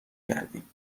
کردیم